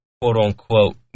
quote-unquote